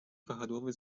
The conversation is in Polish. wahadłowy